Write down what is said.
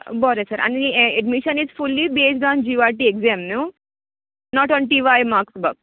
बरे आनी sir admission is fully based on G U R T exam न्हू not a T Y marks ब